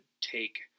take